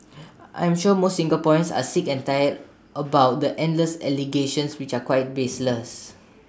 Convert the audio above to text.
I am sure most Singaporeans are sick and tired about the endless allegations which are quite baseless